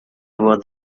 avoir